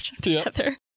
together